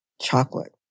Chocolate